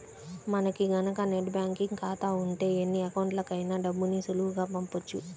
మనకి గనక net banking ఖాతా ఉంటే ఎన్ని అకౌంట్లకైనా డబ్బుని సులువుగా పంపొచ్చు